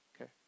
okay